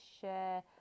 share